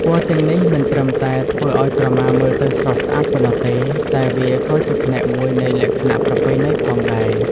ពណ៌ទាំងនេះមិនត្រឹមតែធ្វើឱ្យក្រមាមើលទៅស្រស់ស្អាតប៉ុណ្ណោះទេ តែវាក៏ជាផ្នែកមួយនៃលក្ខណៈប្រពៃណីផងដែរ។